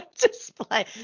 display